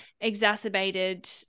exacerbated